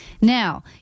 Now